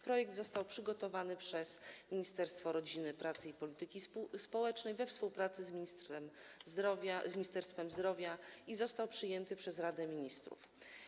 Projekt został przygotowany przez Ministerstwo Rodziny, Pracy i Polityki Społecznej we współpracy z Ministerstwem Zdrowia i został przyjęty przez Radę Ministrów.